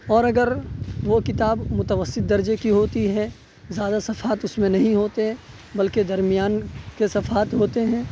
اور اگر وہ کتاب متوسط درجے کی ہوتی ہے زیادہ صفحات اس میں نہیں ہوتے بلکہ درمیان کے صفحات ہوتے ہیں